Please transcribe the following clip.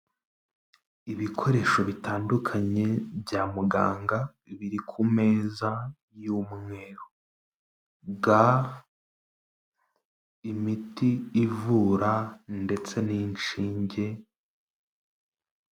Ibikoresho bitandukanye bya muganga biri ku meza y'umweru. Ga, imiti ivura ndetse n'inshinge.